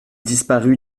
disparut